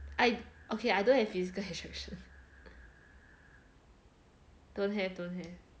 I okay I don't have physical attraction don't have don't here